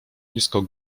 nisko